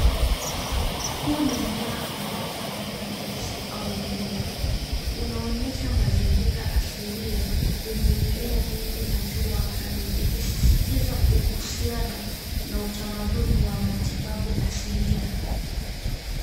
Huu ni mmea unaofanana na nyasi au miwa unaonyesha mazingira asilia yenye mimea mingi na jua kali ikisisitiza uhusiano na utamaduni wa matibabu asilia.